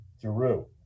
Giroux